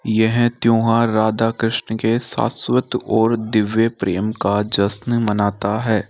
यह त्यौहार राधा कृष्ण के शाश्वत और दिव्य प्रेम का जश्न मनाता है